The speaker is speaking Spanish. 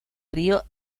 río